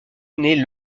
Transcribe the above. naît